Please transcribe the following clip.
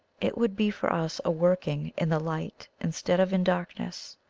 it would be for us a working in the light instead of in darkness.